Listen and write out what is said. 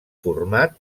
format